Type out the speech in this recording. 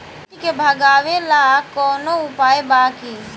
कीट के भगावेला कवनो उपाय बा की?